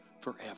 forever